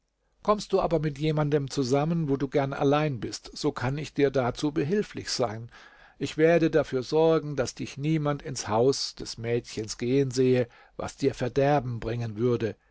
kommst du aber mit jemanden zusammen wo du gern allein bist so kann ich dir dazu behilflich sein ich werde dafür sorgen daß dich niemand ins haus des mädchens gehen sehe was dir verderben bringen würde